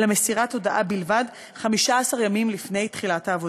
אלא מסירת הודעה בלבד 15 ימים לפני תחילת העבודה.